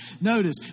Notice